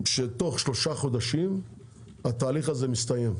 שתוך שלושה חודשים התהליך הזה מסתיים,